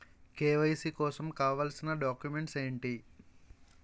KYC కోసం కావాల్సిన documents ఎంటి?